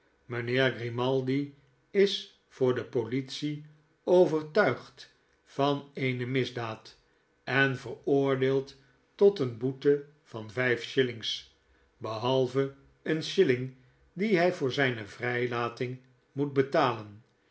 mijnheer grimaldi is voor de politie overtuigd van eene misdaad en veroordeeld tot eene boete van vijf shillings behalve eene shilling die hij voor zijne vrijlating moet betalen